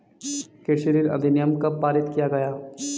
कृषि ऋण अधिनियम कब पारित किया गया?